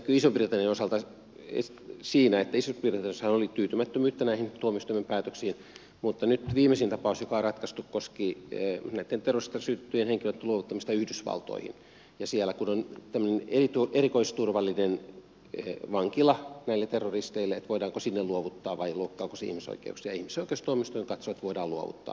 ison britannian osalta se näkyy siinä että isossa britanniassahan oli tyytymättömyyttä tuomioistuimien päätöksiin mutta viimeisin tapaus joka on ratkaistu koski terrorismista syytettyjen henkilöitten luovuttamista yhdysvaltoihin ja sitä että kun siellä on erikoisturvallinen vankila terroristeille niin voidaanko sinne luovuttaa vai loukkaako se ihmisoikeuksia ja ihmisoikeustuomioistuin katsoo että voidaan luovuttaa